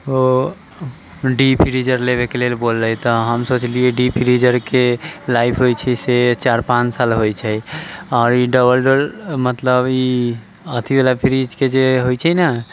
ओ deep freezer लेबैके लेल बोललै तऽ हम सोचलियै डीप फ्रिजरके लाइफ होइ छै से चारि पाँच साल होइ छै आओर ई डबल डोर मतलब ई अथीवला फ्रीजके जे होइ छै नहि